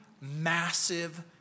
massive